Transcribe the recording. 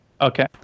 Okay